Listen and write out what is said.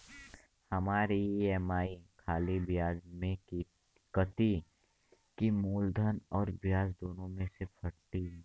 हमार ई.एम.आई खाली ब्याज में कती की मूलधन अउर ब्याज दोनों में से कटी?